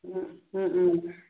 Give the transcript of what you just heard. ம் ம் ம்